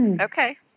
Okay